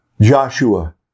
Joshua